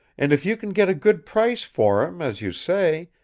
and if you can get a good price for him, as you say,